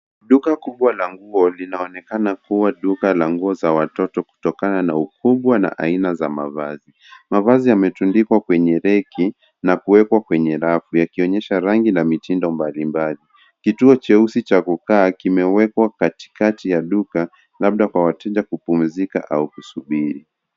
Duka kubwa la nnguo linaonekana kuwa duka la nguo za watoto kutokana na ukubwa na aina za mavazi. Mavazi yametundikwa kwenye reki na kuwekwa kwenye rafu yakionyesha rangi na mitindo mbalimbali. Kituo cheusi cha kukaa kimewekwa katikati ya duka labda kwa watejakupimuzika au kusubiri.